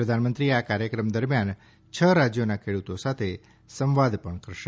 પ્રધાનમંત્રી આ કાર્યક્રમ દરમ્યાન છ રાજ્યોના ખેડૂતો સાથે સંવાદ પણ કરશે